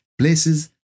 places